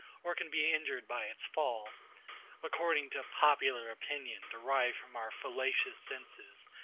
or can be injured by its fall according to popular opinion, derived from our fallacious senses,